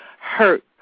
hurt